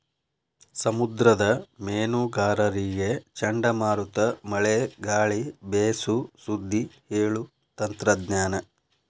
ಸಮುದ್ರದ ಮೇನುಗಾರರಿಗೆ ಚಂಡಮಾರುತ ಮಳೆ ಗಾಳಿ ಬೇಸು ಸುದ್ದಿ ಹೇಳು ತಂತ್ರಜ್ಞಾನ